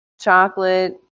chocolate